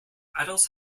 adults